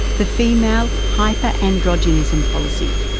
the female hyperandrogenism policy,